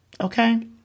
okay